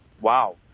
wow